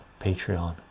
patreon